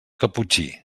caputxí